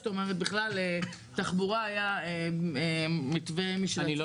זאת אומרת בכלל לתחבורה היה מתווה משל עצמו עוד יותר --- אני לא